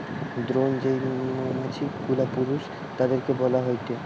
drone যেই মৌমাছি গুলা পুরুষ তাদিরকে বইলা হয়টে